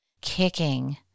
kicking